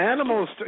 Animals